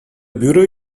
bureau